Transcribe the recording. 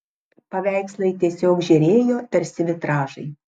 paveikslai tiesiog žėrėjo tarsi vitražai